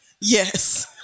Yes